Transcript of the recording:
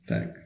Tak